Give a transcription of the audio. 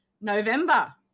November